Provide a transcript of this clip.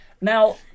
Now